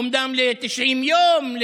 אומנם ל-90 יום,